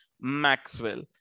Maxwell